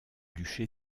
duché